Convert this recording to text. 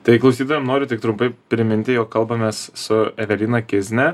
tai klausytojam noriu tik trumpai priminti jog kalbamės su evelina kizne